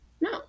no